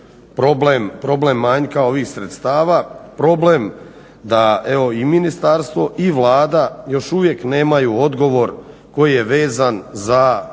problem manjka ovih sredstava, problem da evo i ministarstvo i Vlada još uvijek nemaju odgovor koji je vezan za